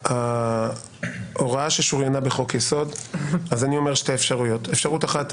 אני מציע שתי אפשרויות: הראשונה,